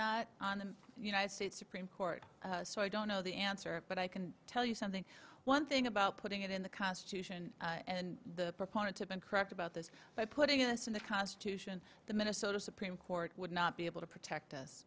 not on the united states supreme court so i don't know the answer but i can tell you something one thing about putting it in the constitution and the proponents have been correct about this by putting this in the constitution the minnesota supreme court would not be able to protect us